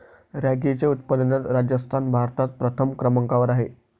रॅगीच्या उत्पादनात राजस्थान भारतात प्रथम क्रमांकावर आहे